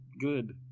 good